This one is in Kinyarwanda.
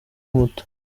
muto